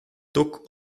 duck